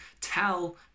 tell